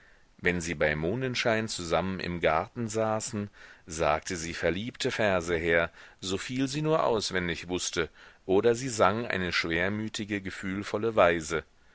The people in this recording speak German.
wenn sie bei mondenschein zusammen im garten saßen sagte sie verliebte verse her soviel sie nur auswendig wußte oder sie sang eine schwermütige gefühlvolle weise